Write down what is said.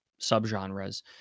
subgenres